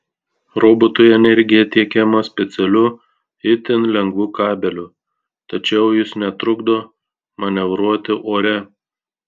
robotui energija tiekiama specialiu itin lengvu kabeliu tačiau jis netrukdo manevruoti ore